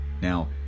Now